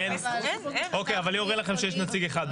אבל אם אומרים לכם שיש נציג אחד,